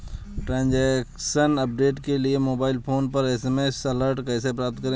Transaction update के लिए mobile phone पर एस.एम.एस अलर्ट कैसे प्राप्त करें?